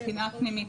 הבחינה הפנימית.